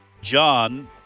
John